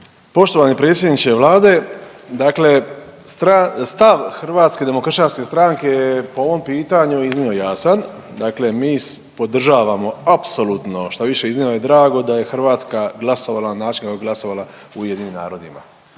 Poštovani predsjedniče Vlade, dakle stav Hrvatske demokršćanske stranke je po ovom pitanju iznimno jasan, dakle mi podržavamo apsolutno, štoviše iznimno nam je drago da je Hrvatska glasovala na način kako je glasovala u UN-u, dakle